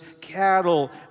cattle